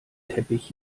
teppich